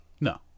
No